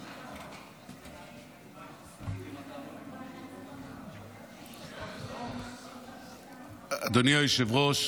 סדר-היום, הצעת חוק סיוע למשפחות נפגעי מאורעות 7 באוקטובר,